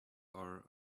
are